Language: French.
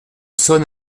sonne